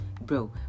bro